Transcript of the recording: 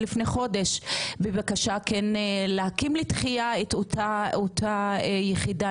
לפני חודש בבקשה כן להקים לתחייה את אותה יחידה.